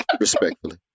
Respectfully